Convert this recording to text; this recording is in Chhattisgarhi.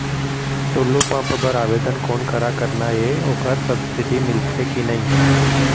टुल्लू पंप बर आवेदन कोन करा करना ये ओकर सब्सिडी मिलथे की नई?